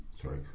Sorry